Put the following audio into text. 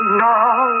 now